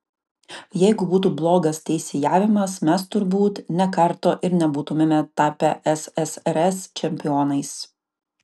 jeigu būtų blogas teisėjavimas mes turbūt nė karto ir nebūtumėme tapę ssrs čempionais